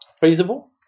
Feasible